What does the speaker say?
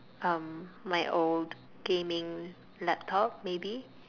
um my old gaming laptop maybe